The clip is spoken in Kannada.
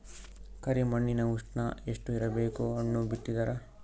ಕರಿ ಮಣ್ಣಿನ ಉಷ್ಣ ಎಷ್ಟ ಇರಬೇಕು ಹಣ್ಣು ಬಿತ್ತಿದರ?